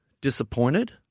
disappointed